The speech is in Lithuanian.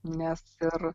nes ir